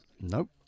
Nope